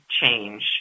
change